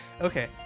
Okay